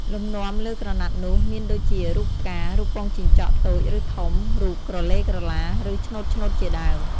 លំនាំលើក្រណាត់នោះមានដូចជារូបផ្កា រូបពងជីងចក់តូច ឬ ធំ រូបក្រឡេក្រឡា ឬ ឆ្នូតៗជាដើម។